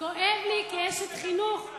דווקא, כואב לי, כאשת חינוך,